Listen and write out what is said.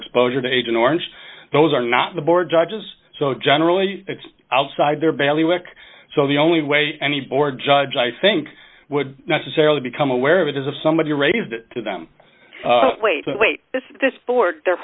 exposure to agent orange those are not the board judges so generally outside their belly work so the only way any or judge i think would necessarily become aware of it is if somebody raised to them wait wait this board their